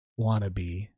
wannabe